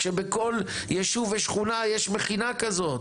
שבכל יישוב ושכונה יש מכינה כזאת,